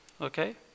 Okay